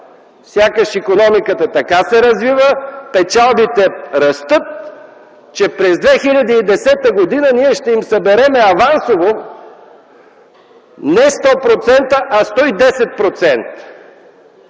сякаш икономиката така се развива, печалбите растат, че през 2010 г. ние ще им съберем авансово не 100%, а 110%.